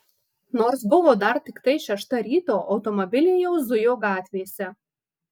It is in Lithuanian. nors buvo dar tiktai šešta ryto automobiliai jau zujo gatvėse